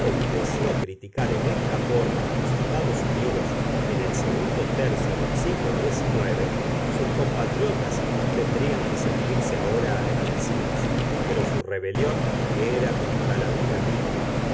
deseó criticar en esta forma a los estados unidos en el segundo tercio del siglo diecinueve sus compatriotas tendrían que sentirse ahora agradecidos pero su rebelión era contra la vida misma